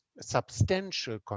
substantial